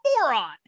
moron